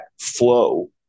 flow